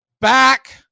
back